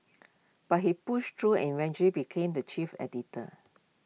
but he pushed through and eventually became the chief editor